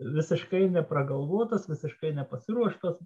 visiškai nepragalvotas visiškai nepasiruoštas